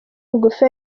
bugufi